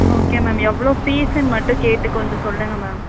okay ma'am எவ்வளோ ஃபீஸ்ஸுன்னு மட்டும் கேட்டு கொஞ்சம் சொல்லுங்கள் மேம்